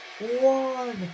One